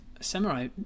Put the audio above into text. Samurai